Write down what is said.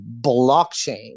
blockchain